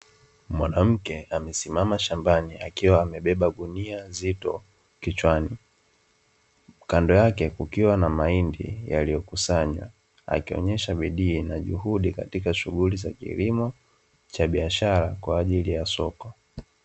Mwanamke amesimama shambani, akiwa amebeba gunia zito kichwani. Kando yake kukiwa na mahindi yaliyokusanywa, akionyesha bidii na juhudi katika shughuli za kilimo cha biashara kwa ajili ya soko.